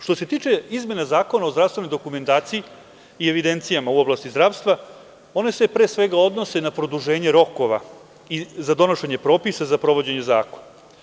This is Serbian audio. Što se tiče izmena Zakona o zdravstvenoj dokumentaciji i evidencijama u oblasti zdravstva, ono se pre svega odnosi na produženje rokova za donošenje propisa za sprovođenje zakona.